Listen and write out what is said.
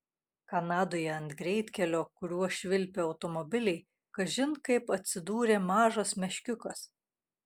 kanadoje ant greitkelio kuriuo švilpė automobiliai kažin kaip atsidūrė mažas meškiukas